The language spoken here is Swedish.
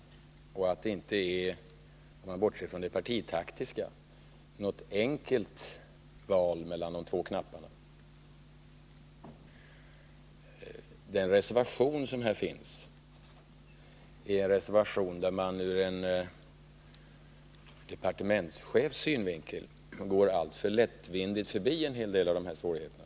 Det kan inte, om man bortser från det partitaktiska, vara enkelt att välja mellan de två knapparna. I den reservation som här finns går man, ur en departementschefs synvinkel, alltför lättvindigt förbi en hel del av dessa svårigheter.